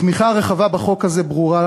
התמיכה הרחבה בחוק הזה ברורה,